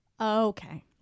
Okay